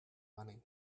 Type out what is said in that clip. money